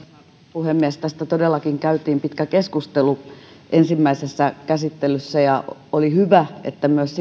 puhemies tästä todellakin käytiin pitkä keskustelu ensimmäisessä käsittelyssä ja oli hyvä että myös